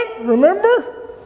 remember